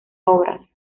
obras